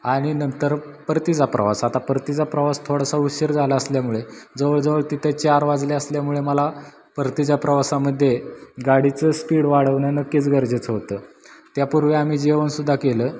आणि नंतर परतीचा प्रवास आता परतीचा प्रवास थोडासा उशीर झाला असल्यामुळे जवळजवळ तिथे चार वाजले असल्यामुळे मला परतीच्या प्रवासामध्ये गाडीचं स्पीड वाढवणं नक्कीच गरजेचं होतं त्यापूर्वी आम्ही जेवणसुद्धा केलं